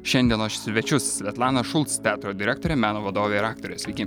šiandienos svečius svetlaną šulc teatro direktorę meno vadovę ir aktorę sveiki